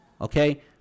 okay